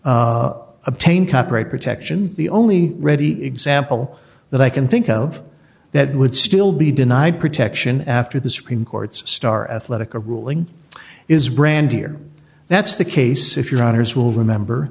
obtain copyright section the only ready example that i can think of that would still be denied protection after the supreme court's star athletica ruling is brandy or that's the case if your honour's will remember